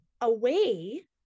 away